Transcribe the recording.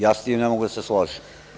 Ja s tim ne mogu da se složim.